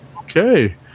Okay